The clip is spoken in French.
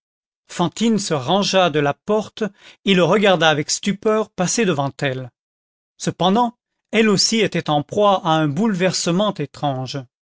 fantine se rangea de la porte et le regarda avec stupeur passer devant elle cependant elle aussi était en proie à un bouleversement étrange